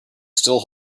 still